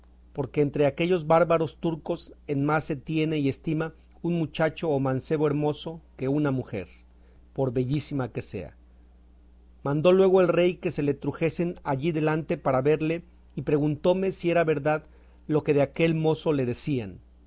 porque entre aquellos bárbaros turcos en más se tiene y estima un mochacho o mancebo hermoso que una mujer por bellísima que sea mandó luego el rey que se le trujesen allí delante para verle y preguntóme si era verdad lo que de aquel mozo le decían